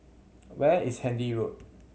where is Handy Road